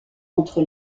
entre